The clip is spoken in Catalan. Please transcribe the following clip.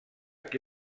qui